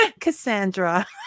Cassandra